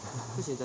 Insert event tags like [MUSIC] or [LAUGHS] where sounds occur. [LAUGHS]